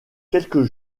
quelques